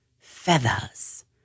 Feathers